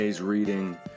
reading